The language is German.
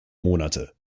monate